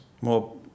more